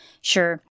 Sure